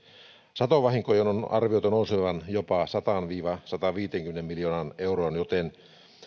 satovahinkojen on arvioitu nousevan jopa sataan viiva sataanviiteenkymmeneen miljoonaan euroon joten